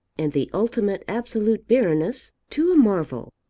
and the ultimate absolute barrenness, to a marvel.